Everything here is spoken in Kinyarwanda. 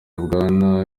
bwana